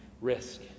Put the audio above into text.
risk